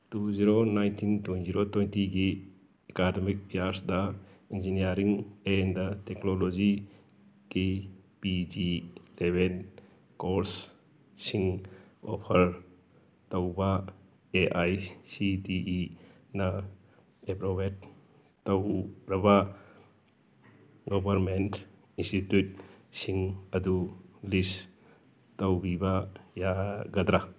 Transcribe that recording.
two zero nineteen two zero ꯇ꯭ꯋꯦꯟꯇꯤꯒꯤ academic ꯏꯌꯥꯔꯁꯗ engineering and ꯇꯦꯛꯀꯅꯣꯂꯣꯖꯤꯒꯤ ꯄꯤ ꯖꯤ ꯂꯦꯕꯦꯟ ꯀꯣꯔꯁꯁꯤꯡ ꯑꯣꯐꯔ ꯇꯧꯕ ꯑꯦ ꯑꯥꯏ ꯁꯤ ꯇꯤ ꯏꯅ ꯑꯦꯄ꯭ꯔꯣꯚꯦꯠ ꯇꯧꯔꯕ ꯒꯣꯕꯔꯃꯦꯟ ꯏꯟꯁꯇꯤꯇ꯭ꯌꯨꯠꯁꯤꯡ ꯑꯗꯨ ꯂꯤꯁ ꯇꯧꯕꯤꯕ ꯌꯥꯒꯗ꯭ꯔ